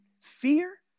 fear